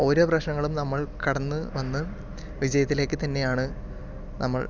ഓരോ പ്രശ്നങ്ങളും നമ്മൾ കടന്ന് വന്ന് വിജയത്തിലേക്ക് തന്നെയാണ് നമ്മൾ